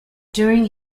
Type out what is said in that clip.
during